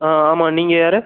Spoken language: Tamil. ஆ ஆமாம் நீங்கள் யாரு